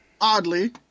Oddly